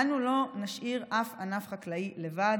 אנו לא נשאיר אף ענף חקלאי לבד.